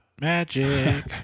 Magic